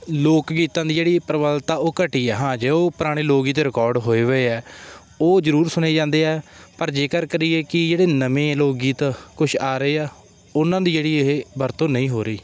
ਲੋਕ ਗੀਤਾਂ ਦੀ ਜਿਹੜੀ ਪ੍ਰਬਲਤਾ ਉਹ ਘਟੀ ਆ ਹਾਂ ਜੇ ਉਹ ਪੁਰਾਣੇ ਲੋਕ ਗੀਤ ਰਿਕੋਰਡ ਹੋਏ ਹੋਏ ਆ ਉਹ ਜ਼ਰੂਰ ਸੁਣੇ ਜਾਂਦੇ ਆ ਪਰ ਜ਼ਿਕਰ ਕਰੀਏ ਕਿ ਜਿਹੜੇ ਨਵੇਂ ਲੋਕ ਗੀਤ ਕੁਛ ਆ ਰਹੇ ਆ ਉਹਨਾਂ ਦੀ ਜਿਹੜੀ ਇਹ ਵਰਤੋਂ ਨਹੀਂ ਹੋ ਰਹੀ